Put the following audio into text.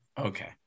Okay